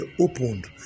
opened